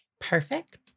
Perfect